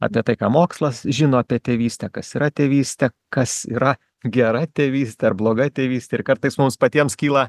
apie tai ką mokslas žino apie tėvystę kas yra tėvystė kas yra gera tėvystė ar bloga tėvystė ir kartais mums patiems kyla